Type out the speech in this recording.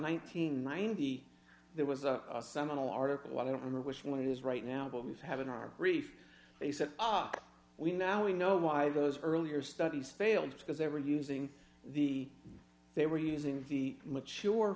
and ninety there was a seminal article i don't remember which one it is right now but we have in our brief they said aap we now we know why those earlier studies failed because they were using the they were using the mature